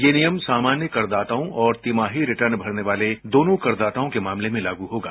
यह नियम सामान्य करदाताओं और तिमाही रिटर्न भरने वाले दोनों करदाताओं के मामले में लागू होगा